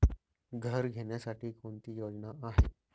घर घेण्यासाठी कोणती योजना आहे?